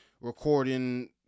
recording